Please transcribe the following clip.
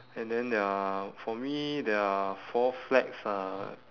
and then there are for me there are four flags uh